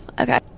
Okay